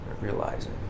Realizing